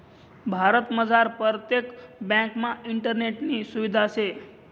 भारतमझार परतेक ब्यांकमा इंटरनेटनी सुविधा शे